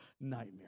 nightmare